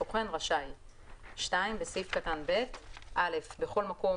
סוכן) רשאי"; בסעיף קטן (ב)- בכל מקום,